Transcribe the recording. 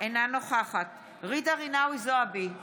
אינה נוכחת ג'ידא רינאוי זועבי,